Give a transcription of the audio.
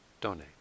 donate